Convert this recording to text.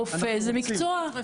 רופא זה מקצוע.